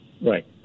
Right